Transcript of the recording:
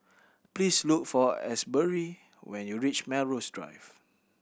please look for Asbury when you reach Melrose Drive